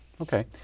Okay